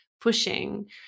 pushing